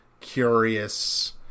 curious